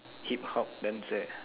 Hip-hop dancer